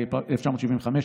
התשל"ה 1975,